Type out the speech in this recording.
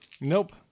Nope